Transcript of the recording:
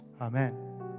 Amen